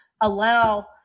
allow –